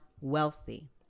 wealthy